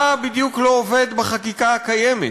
מה בדיוק לא עובד בחקיקה הקיימת?